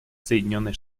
соединенные